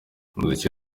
umuziki